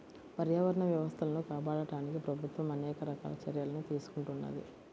పర్యావరణ వ్యవస్థలను కాపాడడానికి ప్రభుత్వం అనేక రకాల చర్యలను తీసుకుంటున్నది